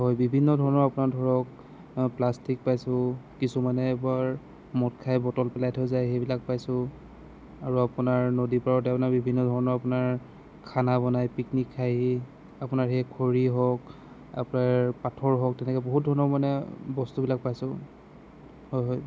হয় বিভিন্ন ধৰণৰ আপোনাৰ ধৰক প্লাষ্টিক পাইছোঁ কিছুমানে এইবাৰ মদ খাই বটল পেলাই থৈ যায় সেইবিলাক পাইছোঁ আৰু আপোনাৰ নদী পাৰতে আপোনাৰ বিভিন্ন ধৰণৰ আপোনাৰ খানা বনায় পিকনিক খায়হি আপোনাৰ সেই খৰি হওক আপোনাৰ পাথৰ হওক তেনেকৈ বহুত ধৰণৰ মানে বস্তুবিলাক পাইছোঁ হয় হয়